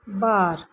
ᱵᱟᱨ